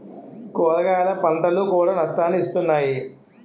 కూరగాయల పంటలు కూడా నష్టాన్ని ఇస్తున్నాయి